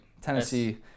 Tennessee